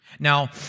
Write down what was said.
Now